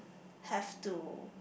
have to